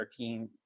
13